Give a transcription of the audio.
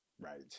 right